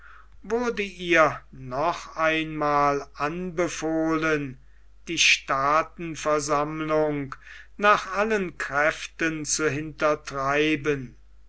wurde ihr noch einmal anbefohlen die staatenversammlung nach allen kräften zu hintertreiben